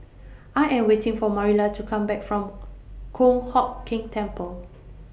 I Am waiting For Marilla to Come Back from Kong Hock Keng Temple